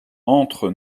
entre